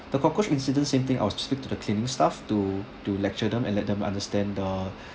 the cockroach incident same thing I'll speak to the cleaning staff to to lecture them and let them understand the